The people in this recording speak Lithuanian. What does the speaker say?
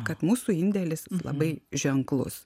kad mūsų indėlis labai ženklus